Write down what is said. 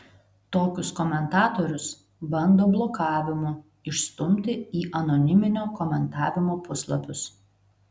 tokius komentatorius bando blokavimu išstumti į anoniminio komentavimo puslapius